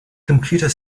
computer